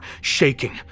shaking